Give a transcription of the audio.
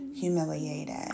humiliated